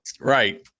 Right